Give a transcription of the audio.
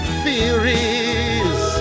theories